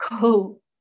go